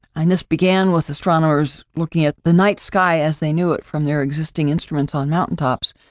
and this began with astronomers looking at the night sky, as they knew it, from their existing instruments on mountaintops,